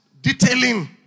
detailing